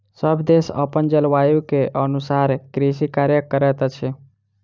सभ देश अपन जलवायु के अनुसारे कृषि कार्य करैत अछि